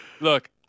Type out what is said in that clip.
look